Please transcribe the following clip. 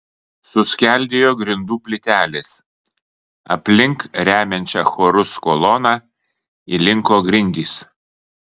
suskeldėjo grindų plytelės aplink remiančią chorus koloną įlinko grindys